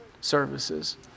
services